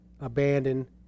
abandon